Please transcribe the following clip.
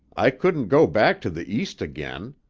i couldn't go back to the east again.